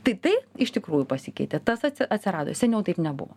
tai tai iš tikrųjų pasikeitė tas atsirado seniau taip nebuvo